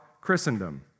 Christendom